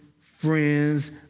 friends